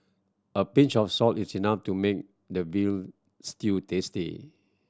a pinch of salt is enough to make the veal stew tasty